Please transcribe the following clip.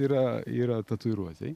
yra yra tatuiruotei